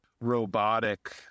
robotic